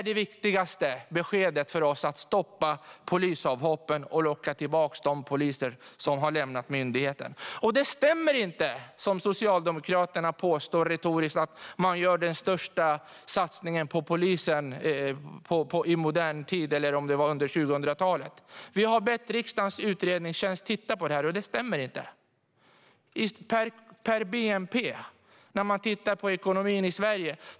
Det viktigaste beskedet för oss liberaler är att man ska stoppa polisavhoppen och locka tillbaka de poliser som har lämnat myndigheten. Det stämmer inte, som Socialdemokraterna retoriskt påstår, att man gör den största satsningen på polisen i modern tid - eller om det var under 2000-talet. Vi har bett riksdagens utredningstjänst att titta på detta. Det stämmer inte. Man kan titta på bnp och ekonomin i Sverige.